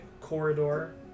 corridor